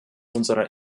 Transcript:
unsere